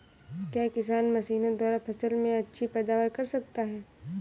क्या किसान मशीनों द्वारा फसल में अच्छी पैदावार कर सकता है?